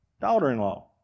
daughter-in-law